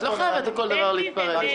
אבל את לא חייבת להתפרץ לכל דבר.